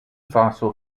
fossil